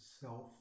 self